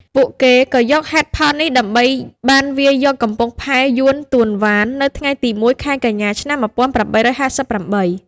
ពួកគេក៏យកហេតុផលនេះដើម្បីបានវាយយកកំពង់ផែយួនតួវ៉ាននៅថ្ងៃទី១ ខែកញ្ញា ១៨៥៨។